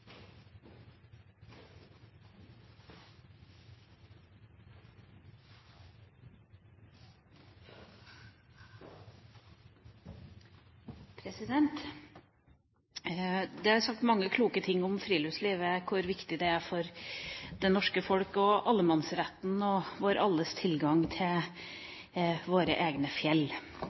regjeringen. Det er sagt mange kloke ting om friluftslivet, om hvor viktig det er for det norske folk, om allemannsretten og alles tilgang til våre egne fjell.